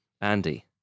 Andy